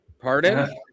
pardon